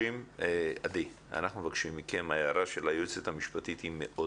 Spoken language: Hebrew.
עדי, ההערה של היועצת המשפטית היא מאוד